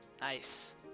Nice